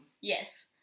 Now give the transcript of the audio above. Yes